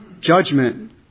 judgment